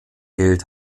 geld